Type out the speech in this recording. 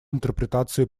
интерпретации